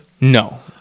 no